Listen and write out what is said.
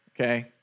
Okay